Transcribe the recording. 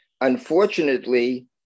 Unfortunately